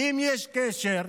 אם יש קשר,